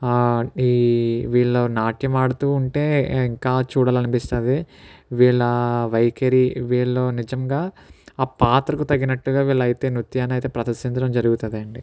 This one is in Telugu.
ఈ వీళ్ళ నాట్యమాడుతూ ఉంటే ఇంకా చూడాలనిపిస్తుంది వీళ్ళ వైఖరి వీళ్ళు నిజంగా ఆ పాత్రకు తగినట్టుగా వీళ్ళయితే నృత్యాన్ని అయితే ప్రదర్శించడం జరుగుతుంది అండి